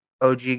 og